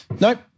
Nope